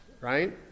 right